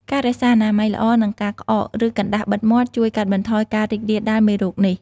ការរក្សាអនាម័យល្អ និងការក្អក ឬកណ្តាស់បិទមាត់ ជួយកាត់បន្ថយការរីករាលដាលមេរោគនេះ។